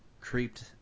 creeped